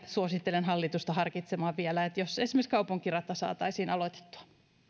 suosittelen hallitusta harkitsemaan vielä josko esimerkiksi kaupunkirata saataisiin aloitettua